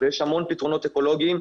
ויש המון פתרונות אקולוגיים,